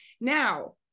Now